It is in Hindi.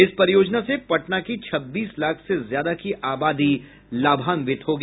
इस परियोजना से पटना की छब्बीस लाख से ज्यादा की आबादी लाभांवित होगी